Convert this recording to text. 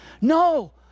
No